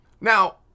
Now